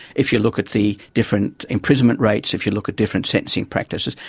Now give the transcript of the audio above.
if you look at the different imprisonment rates, if you look at different sentencing practices,